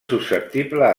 susceptible